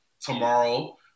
tomorrow